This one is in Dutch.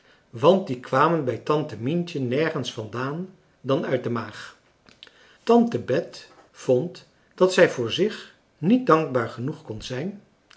want die kwamen bij tante mientje nergens vandaan dan uit de maag tante bet vond dat zij voor zich niet dankbaar genoeg kon zijn